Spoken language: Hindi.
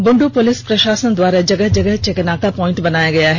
बुंडू पुलिस प्रशासन द्वारा जगह जगह चेकनाका पॉइंट बनाया गया है